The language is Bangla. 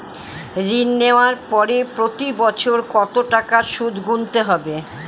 ঋণ নেওয়ার পরে প্রতি বছর কত টাকা সুদ গুনতে হবে?